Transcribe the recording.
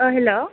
hello